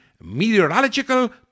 meteorological